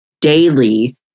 daily